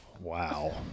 wow